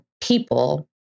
people